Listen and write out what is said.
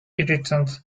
irritant